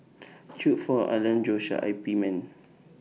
Choe Fook Alan Joshua I P men